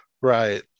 Right